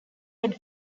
head